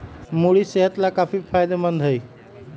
मूरी सेहत लाकाफी फायदेमंद हई